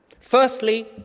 Firstly